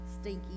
stinky